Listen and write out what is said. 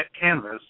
canvas